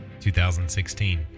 2016